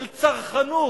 של צרכנות,